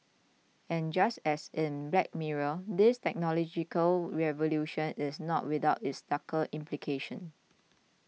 and just as in Black Mirror this technological revolution is not without its darker implications